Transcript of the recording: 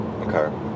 Okay